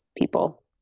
people